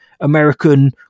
american